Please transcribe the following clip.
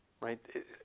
right